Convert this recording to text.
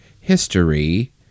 history